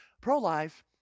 Pro-life